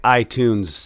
iTunes